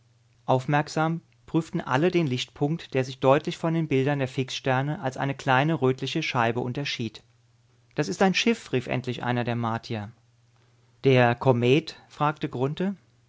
aufmerksam prüften alle den lichtpunkt der sich deutlich von den bildern der fixsterne als eine kleine rötliche scheibe unterschied es ist ein schiff rief endlich einer der martier der komet fragte